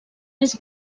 més